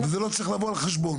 וזה לא צריך לבוא על חשבון.